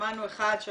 שמענו אחד שהוא